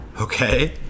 Okay